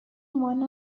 one